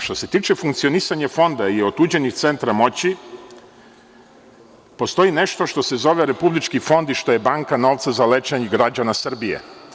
Što se tiče funkcionisanja Fonda i otuđenih centara moći, postoji nešto što se zove Republički fond i što je banka novca za lečenje građana Srbije.